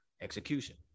execution